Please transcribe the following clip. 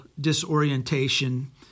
disorientation